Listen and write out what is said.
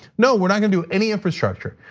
no, we're not gonna do any infrastructure.